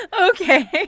Okay